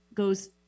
goes